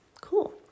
Cool